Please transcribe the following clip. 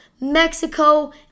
Mexico